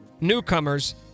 newcomers